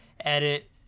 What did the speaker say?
edit